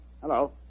Hello